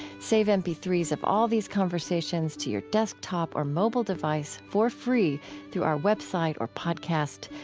save m p three s of all these conversations to your desktop or mobile device for free through our web site or podcast.